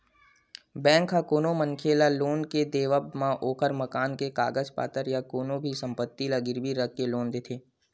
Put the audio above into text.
bank ह कोनो मनखे ल लोन के देवब म ओखर मकान के कागज पतर या कोनो भी संपत्ति ल गिरवी रखके लोन देथे